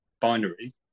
binary